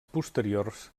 posteriors